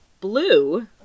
blue